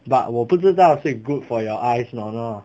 but 我不知道是 good for your eye or not lah